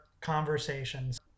conversations